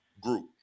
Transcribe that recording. group